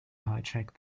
hijack